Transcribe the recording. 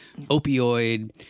opioid